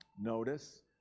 notice